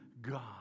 God